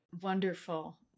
Wonderful